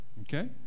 Okay